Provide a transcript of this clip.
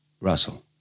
Russell